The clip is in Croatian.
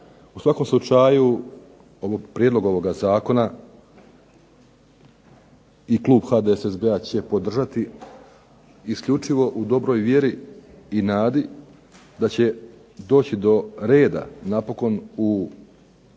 U svakom slučaju prijedlog ovoga Zakona i Klub HDSSB-a će podržati isključivo u dobroj vjeri i nadi da će doći do reda napokon u